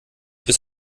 bis